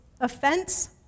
offense